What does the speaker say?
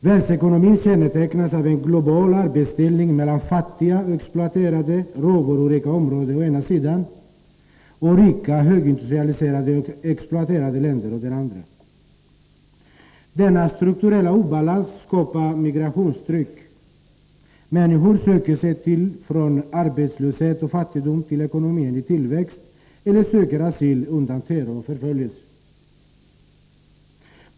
Världsekonomin kännetecknas av en global arbetsdelning mellan fattiga, exploaterade och råvarurika områden å ena sidan och rika, högindustrialiserade och exploaterade länder å den andra. Denna strukturella obalans skapar migrationstryck. Människor söker sig från arbetslöshet och fattigdom till ekonomier i tillväxt eller söker asyl undan terror och förföljelser.